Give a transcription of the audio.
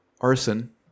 Arson